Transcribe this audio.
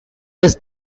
this